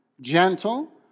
gentle